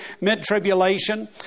mid-tribulation